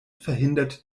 verhindert